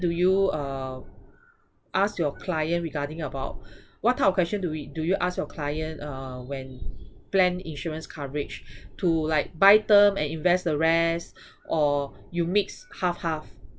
do you uh ask your client regarding about what type of question do we do you ask your client uh when plan insurance coverage to like buy term and invest the rest or you mix half half